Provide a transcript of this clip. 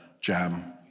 Jam